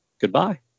Goodbye